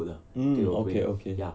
mm okay okay